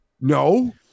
No